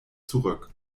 zurück